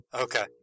Okay